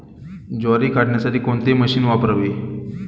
ज्वारी काढण्यासाठी कोणते मशीन वापरावे?